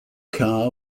car